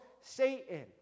Satan